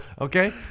Okay